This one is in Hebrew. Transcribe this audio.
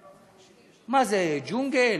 מה, זה ג'ונגל?